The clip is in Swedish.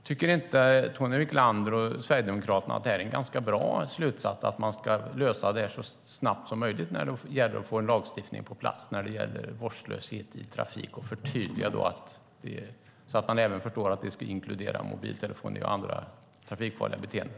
Tycker inte Tony Wiklander och Sverigedemokraterna att det är en ganska bra slutsats att man ska lösa detta så snabbt som möjligt för att få en lagstiftning på plats om vårdslöshet i trafiken med förtydligandet att det ska inkludera mobiltelefoni och andra trafikfarliga beteenden?